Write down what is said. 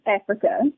Africa